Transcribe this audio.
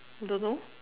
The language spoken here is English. don't know